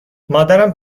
مادرم